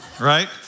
right